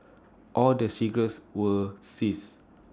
all the cigarettes were seized